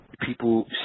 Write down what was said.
People